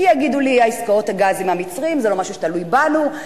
כי יגידו לי: עסקאות הגז עם המצרים זה לא משהו שתלוי בנו,